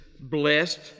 blessed